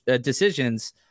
decisions